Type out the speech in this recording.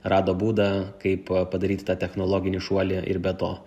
rado būdą kaip a padaryt tą technologinį šuolį ir be to